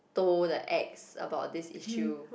told the ex about this issue